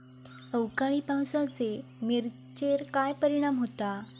अवकाळी पावसाचे मिरचेर काय परिणाम होता?